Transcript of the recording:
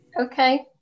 Okay